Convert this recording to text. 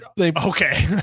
Okay